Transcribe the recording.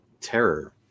terror